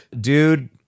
dude